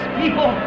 people